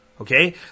Okay